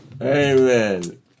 Amen